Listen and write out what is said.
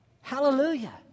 Hallelujah